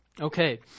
Okay